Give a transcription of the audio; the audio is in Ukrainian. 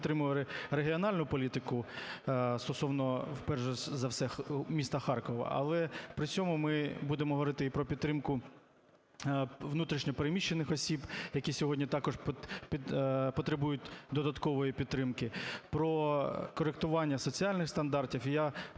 ми підтримували регіональну політику стосовно, перш за все, міста Харкова, але при цьому ми будемо говорити і про підтримку внутрішньо переміщених осіб, які сьогодні також потребують додаткової підтримки, про коректування соціальних стандартів.